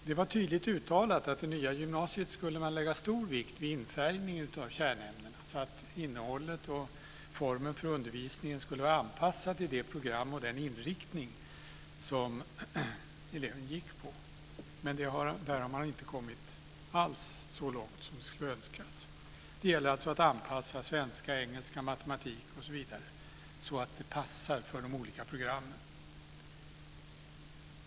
Det var tydligt uttalat att man i det nya gymnasiet skulle lägga stor vikt vid infärgningen av kärnämnena så att innehållet och formen för undervisningen skulle vara anpassad till det program och den inriktning som eleven gick på. Men där har man inte kommit alls så långt som skulle ha varit önskvärt. Det gäller alltså att anpassa svenska, engelska, matematik, osv. så att de passar för de olika programmen.